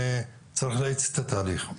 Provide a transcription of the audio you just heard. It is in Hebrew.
צריך להאיץ את התהליך.